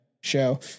show